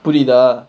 put it err